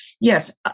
yes